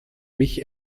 mich